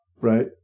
Right